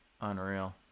unreal